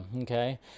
Okay